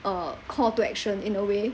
uh call to action in a way